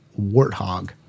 Warthog